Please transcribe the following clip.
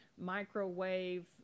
microwave